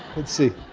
let's see.